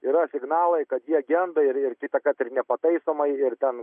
yra signalai kad jie genda ir ir kitąkart ir nepataisomai ir ten